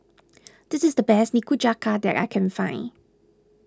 this is the best Nikujaga that I can find